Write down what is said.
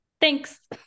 Thanks